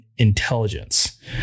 intelligence